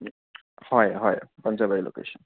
হয় হয় পাঞ্জাবাৰী লোকেচন